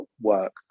work